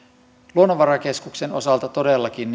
luonnonvarakeskuksen osalta todellakin